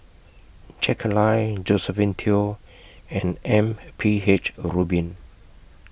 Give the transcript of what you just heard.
Jack Lai Josephine Teo and M P H Rubin